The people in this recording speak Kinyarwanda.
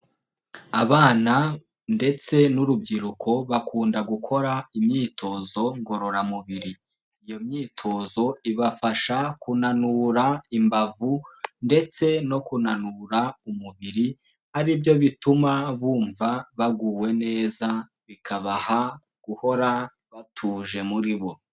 Abana ndetse n'urubyiruko, bakunda gukora imyitozo ngororamubiri, iyo myitozo ibafasha kunanura imbavu, ndetse no kunanura umubiri, ari byo bituma bumva baguwe neza, bikabaha guhora batuje muri bo.